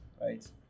right